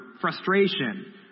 frustration